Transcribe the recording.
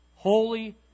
holy